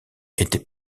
était